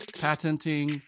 patenting